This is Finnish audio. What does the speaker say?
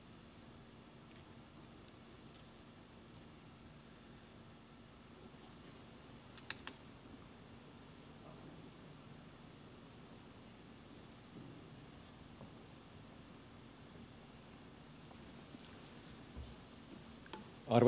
arvoisa puhemies